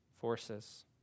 forces